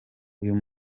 uyu